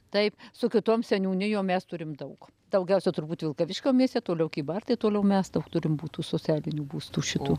taip su kitom seniūnijom mes turim daug daugiausia turbūt vilkaviškio mieste toliau kybartai toliau mes daug turim būtų socialinių būstų šitų